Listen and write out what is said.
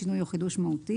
שינוי או חידוש מהותי